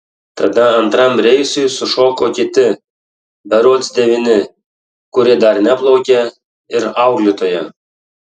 tada antram reisui sušoko kiti berods devyni kurie dar neplaukė ir auklėtoja